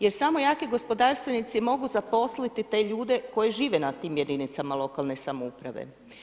Jer samo jaki gospodarstvenici mogu zaposliti te ljude koji žive na tim jedinicama lokalne samouprave.